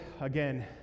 again